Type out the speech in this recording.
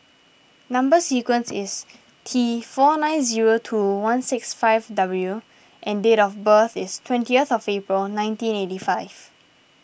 Number Sequence is T four nine zero two one six five W and date of birth is twentieth April nineteen eighty five